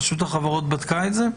רשות החברות בדקה את זה?